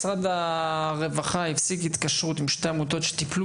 משרד הרווחה הפסיק התקשרות עם שתי עמותות שטיפלו